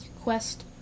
Quest